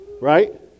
Right